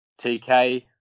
TK